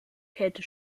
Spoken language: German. kälte